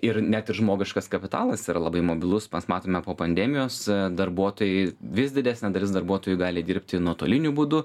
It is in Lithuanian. ir net ir žmogiškas kapitalas yra labai mobilus mes matome po pandemijos darbuotojai vis didesnė dalis darbuotojų gali dirbti nuotoliniu būdu